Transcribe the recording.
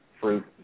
fruit